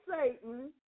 Satan